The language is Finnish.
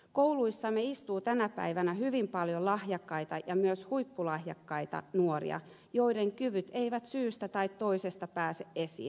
kouluissamme istuu tänä päivänä hyvin paljon lahjakkaita ja myös huippulahjakkaita nuoria joiden kyvyt eivät syystä tai toisesta pääse esiin